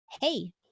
Hey